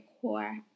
core